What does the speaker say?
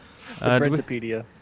Wikipedia